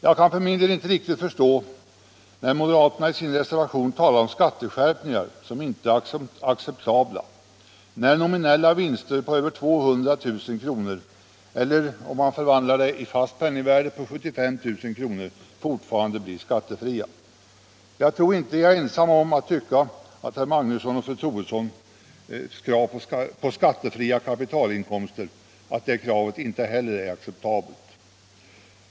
Jag kan för min del inte riktigt förstå att moderaterna i sin reservation talar om skatteskärpningar som inte är acceptabla, när nominella vinster på över 200 000 kr. eller vinster i fast penningvärde på 75 000 kr. fortfarande blir skattefria. Jag tror inte jag är ensam om att tycka att herr Magnussons och fru Troedssons krav på skattefria kapitalinkomster inte heller är acceptabla.